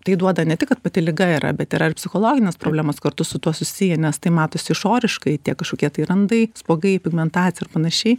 tai duoda ne tik kad pati liga yra bet yra ir psichologinės problemos kartu su tuo susiję nes tai matosi išoriškai tie kažkokie tai randai spuogai pigmentacija ir panašiai